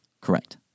Correct